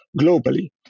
globally